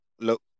look